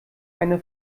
eine